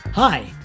Hi